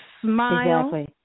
smile